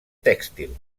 tèxtil